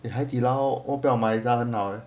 eh haidilao 为什么不要买很好 leh